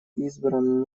избрана